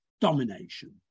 domination